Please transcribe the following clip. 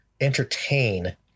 entertain